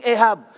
Ahab